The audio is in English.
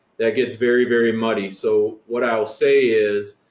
that gets very, very muddy. so what i'll say is,